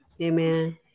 Amen